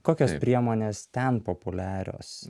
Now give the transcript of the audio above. kokios priemonės ten populiarios